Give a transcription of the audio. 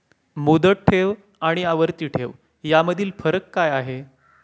मुदत ठेव आणि आवर्ती ठेव यामधील फरक काय आहे?